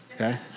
okay